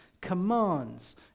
commands